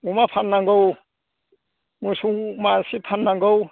अमा फाननांगौ मोसौ मासे फाननांगौ